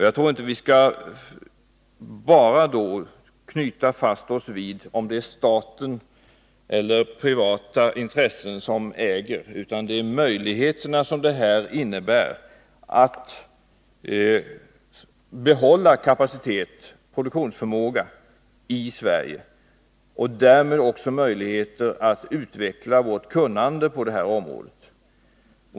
Jag tror inte att vi bara skall hänga upposs på om det är staten eller privata intressen som är ägare. Vi bör i stället ta fasta på de möjligheter som detta ger att behålla produktionsförmågan i Sverige och därmed också möjligheten att utveckla vårt kunnande på detta område.